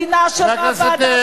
מדינה שבה ועדת חוקה,